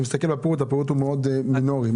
אני מסתכל בפירוט והוא מאוד מינורי.